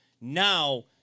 now